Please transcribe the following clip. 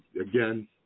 again